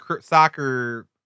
soccer